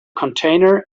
container